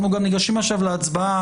אנחנו גם ניגשים עכשיו להצבעה.